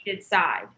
side